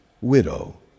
widow